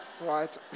right